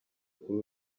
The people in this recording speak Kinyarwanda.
kuri